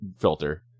filter